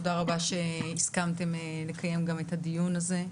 תודה רבה שהסכמתם לקיים גם את הדיון הזה,